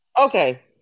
okay